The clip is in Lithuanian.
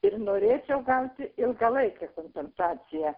ir norėčiau gauti ilgalaikę kompensaciją